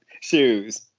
Shoes